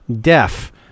deaf